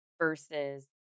Versus